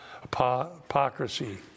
hypocrisy